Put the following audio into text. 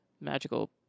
Magical